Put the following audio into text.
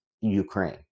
Ukraine